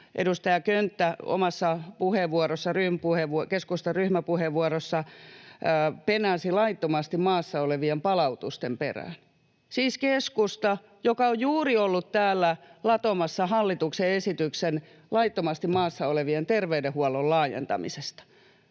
edustaja Könttä omassa puheenvuorossaan, keskustan ryhmäpuheenvuorossa, penäsi laittomasti maassa olevien palautusten perään — siis keskusta, joka on juuri ollut täällä latomassa hallituksen esityksen laittomasti maassa olevien terveydenhuollon laajentamisesta,